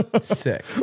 sick